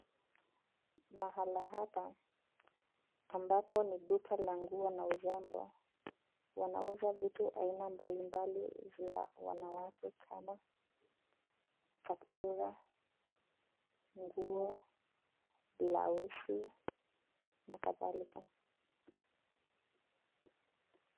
Mahala hapa ambapo ni duka la nguo na urembo, wanauza vitu aina mbalimbali vya wanawake kama kaptura, nguo, blauzi na kadhalika.